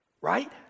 right